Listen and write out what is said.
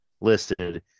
listed